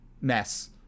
mess